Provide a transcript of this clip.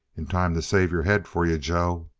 in time to save your head for you, joe.